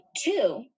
Two